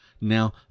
Now